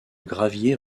gravier